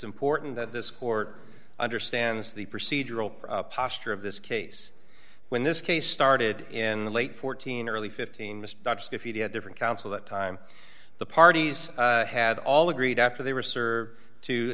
important that this court understands the procedural posture of this case when this case started in late fourteen early fifteen missed different counsel that time the parties had all agreed after they were served to